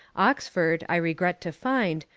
oxford, i regret to find,